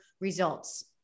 results